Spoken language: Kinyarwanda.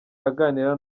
aganira